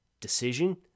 decision